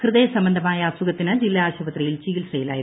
ഹൃദയ സംബന്ധമായ അസുഖത്തിന് ജില്ലാ ആശുപത്രിയിൽ ചികിത്സയിലായിരുന്നു